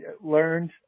learned